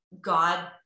God